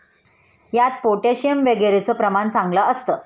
यात पोटॅशियम वगैरेचं प्रमाण चांगलं असतं